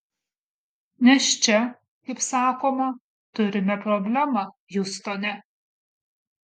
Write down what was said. nes čia kaip sakoma turime problemą hiustone